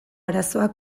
arazoa